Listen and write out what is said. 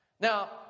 Now